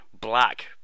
black